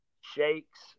shakes